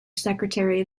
secretary